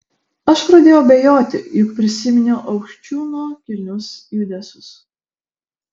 aš pradėjau abejoti juk prisiminiau aukščiūno kilnius judesius